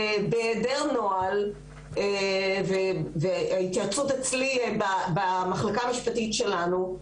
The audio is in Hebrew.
ובהיעדר נוהל ובהתייעצות אצלי במחלקה המשפטית שלנו,